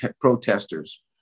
protesters